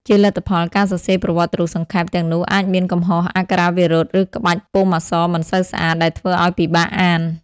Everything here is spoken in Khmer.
ជាលទ្ធផល ការសរសេរប្រវត្តិរូបសង្ខេប ទាំងនោះអាចមានកំហុសអក្ខរាវិរុទ្ធ ឬក្បាច់ពុម្ពអក្សរមិនសូវស្អាត ដែលធ្វើឲ្យពិបាកអាន។